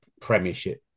Premiership